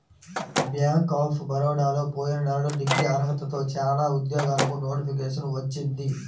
bank of బరోడాలో పోయిన నెలలో డిగ్రీ అర్హతతో చానా ఉద్యోగాలకు నోటిఫికేషన్ వచ్చింది